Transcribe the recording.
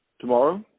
Tomorrow